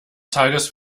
tages